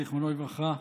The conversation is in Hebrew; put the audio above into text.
זיכרונו לברכה.